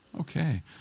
Okay